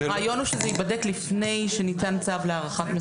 הרעיון הוא שזה ייבדק לפני שניתן צו להערכת מסוכנות.